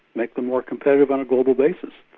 make them more competitive on a global basis,